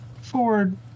forward